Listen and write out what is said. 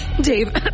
Dave